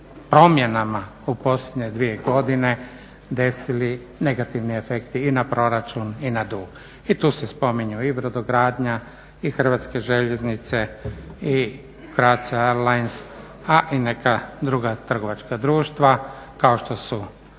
promjenama u posljednje dvije godine desili negativni efekti i na proračun i na dug. I tu se spominju i brodogradnja i Hrvatske željeznice i Croatia Airlines, a i neka druga trgovačka društva kao što su